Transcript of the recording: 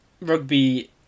rugby